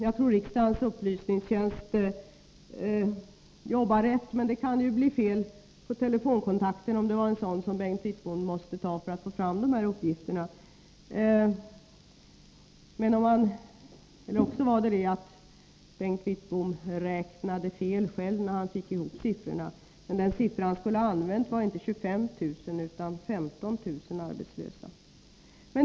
Jag tror att riksdagens utredningstjänst arbetar på rätt sätt. Men det kan bli fel vid telefonkontakter — och kanske det var en sådan Bengt Wittbom måste ta för att få fram de här uppgifterna. Eller också var det så att Bengt Wittbom räknade fel själv när han skulle lägga ihop siffrorna. Den siffra han skulle ha använt var inte 25 000 utan 15 000 arbetslösa.